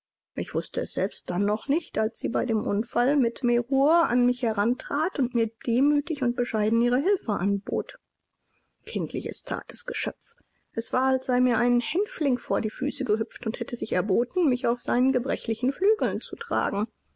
ich wußte es selbst dann noch nicht als sie bei dem unfall mit merrour an mich herantrat und mir demütig und bescheiden ihre hilfe anbot kindliches zartes geschöpf es war als sei mir ein hänfling vor die füße gehüpft und hätte sich erboten mich auf seinen gebrechlichen flügeln zu tragen